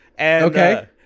Okay